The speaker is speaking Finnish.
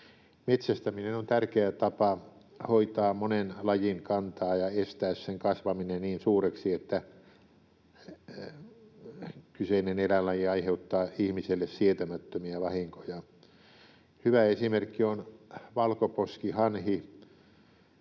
Metsästäminen on tärkeä tapa hoitaa monen lajin kantaa ja estää sen kasvaminen niin suureksi, että kyseinen eläinlaji aiheuttaa ihmiselle sietämättömiä vahinkoja. Hyvä esimerkki on valkoposkihanhi,